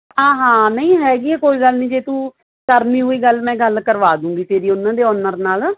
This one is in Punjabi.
ਹਾਂ ਹਾਂ ਨਹੀਂ ਹੈਗੀ ਆ ਕੋਈ ਗੱਲ ਨਹੀਂ ਜੇ ਤੂੰ ਕਰਨੀ ਹੋਈ ਗੱਲ ਮੈਂ ਗੱਲ ਕਰਵਾ ਦੂੰਗੀ ਤੇਰੀ ਉਹਨਾਂ ਦੇ ਓਨਰ ਨਾਲ